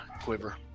quiver